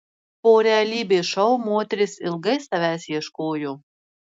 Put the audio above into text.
po realybės šou moteris ilgai savęs ieškojo